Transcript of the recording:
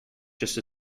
just